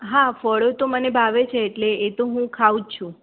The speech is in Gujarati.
હા ફળો તો મને ભાવે છે એટલે તો હું ખાઉં જ છું